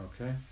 okay